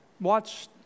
watch